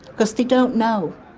because they don't know.